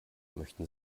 möchten